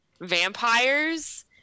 vampires